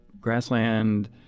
grassland